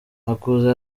makuza